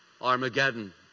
Armageddon